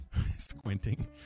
squinting